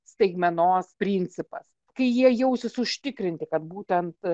staigmenos principas kai jie jausis užtikrinti kad būtent